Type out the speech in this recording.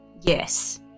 Yes